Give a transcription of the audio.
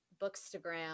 Bookstagram